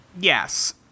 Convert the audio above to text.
Yes